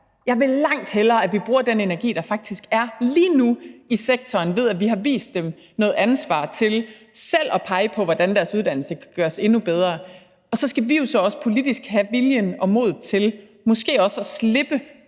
jeg langt hellere, at vi bruger den energi, der faktisk er lige nu i sektoren, ved at vi har givet dem noget ansvar til selv at pege på, hvordan deres uddannelser kan gøres endnu bedre. Og så skal vi jo også politisk have viljen og modet til måske også at slippe